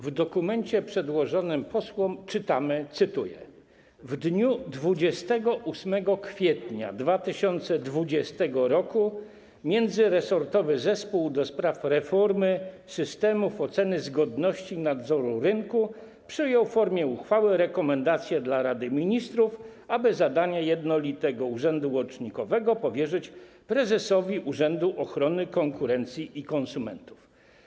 W dokumencie przedłożonym posłom czytamy, cytuję: W dniu 28 kwietnia 2020 r. Międzyresortowy Zespół do spraw reformy systemów oceny zgodności i nadzoru rynku przyjął w formie uchwały rekomendację dla Rady Ministrów, aby zadania jednolitego urzędu łącznikowego powierzyć prezesowi Urzędu Ochrony Konkurencji i Konsumentów.